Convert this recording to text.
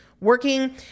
working